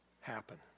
happen